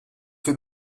fait